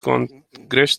congress